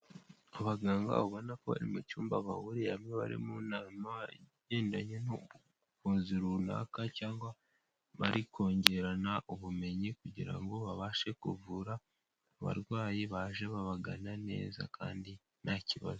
Abaganga ubona ko ari mu cyumba bahuriye hamwe bari mu nama, igendanye n'ubuvuzi runaka, cyangwa bari kongererana ubumenyi kugira ngo babashe kuvura abarwayi baje babagana neza kandi nta kibazo.